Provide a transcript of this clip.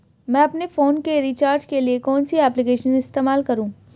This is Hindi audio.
मैं अपने फोन के रिचार्ज के लिए कौन सी एप्लिकेशन इस्तेमाल करूँ?